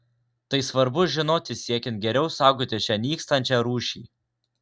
tai svarbu žinoti siekiant geriau saugoti šią nykstančią rūšį